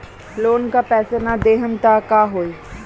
Loan का पैस न देहम त का होई?